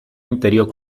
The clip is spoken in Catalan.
interior